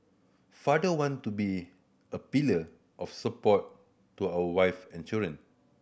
father want to be a pillar of support to our wive and children